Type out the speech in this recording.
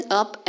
up